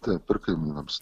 taip ir kaimynams